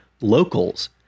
locals